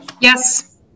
Yes